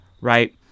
right